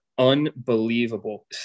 unbelievable